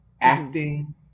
Acting